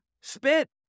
spit